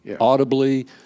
audibly